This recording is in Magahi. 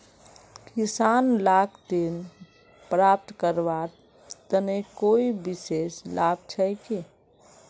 किसान लाक ऋण प्राप्त करवार तने कोई विशेष लाभ छे कि?